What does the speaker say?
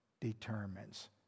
determines